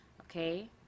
okay